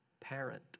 parent